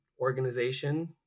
organization